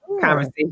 conversation